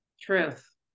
Truth